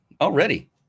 already